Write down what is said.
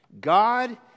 God